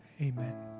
Amen